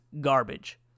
garbage